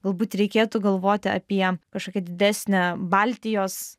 galbūt reikėtų galvoti apie kažkokią didesnę baltijos